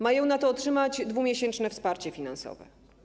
Mają na to otrzymać 2-miesięczne wsparcie finansowe.